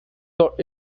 thought